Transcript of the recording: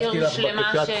זה עיר שלמה --- מה זה תיק?